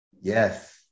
yes